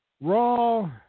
Raw